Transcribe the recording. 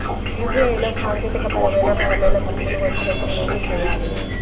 UPI లో సాంకేతికపరమైన పరమైన తప్పులు వచ్చినప్పుడు ఏమి సేయాలి